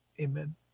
amen